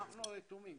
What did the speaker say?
אנחנו רתומים.